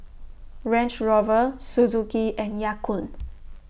Range Rover Suzuki and Ya Kun